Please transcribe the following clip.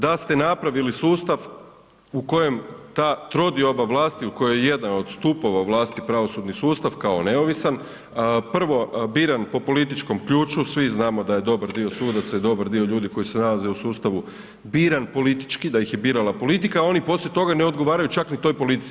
Da ste napravili sustav u kojem taj trodioba vlasti u kojoj je jedan od stupova vlasti pravosudni sustav kao neovisan prvo biran po političkom ključu, svi znamo da je dobar dio sudaca i dobar dio ljudi koji se nalaze u sustavu biran politički, da ih je birala politika a oni poslije toga ne odgovaraju čak niti toj politici.